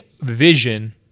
vision